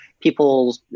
people